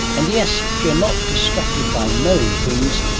and yes, if you're not distracted by knowing things,